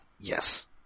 Yes